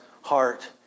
heart